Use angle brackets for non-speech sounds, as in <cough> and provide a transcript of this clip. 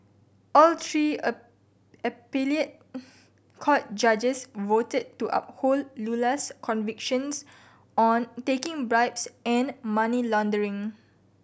all three a <unintelligible> court judges voted to uphold Lula's convictions on taking bribes and money laundering